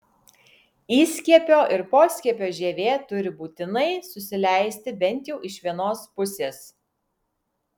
įskiepio ir poskiepio žievė turi būtinai susileisti bent jau iš vienos pusės